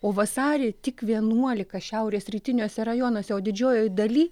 o vasarį tik vienuolika šiaurės rytiniuose rajonuose o didžiojoj daly